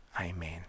Amen